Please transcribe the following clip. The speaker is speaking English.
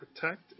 protect